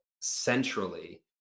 centrally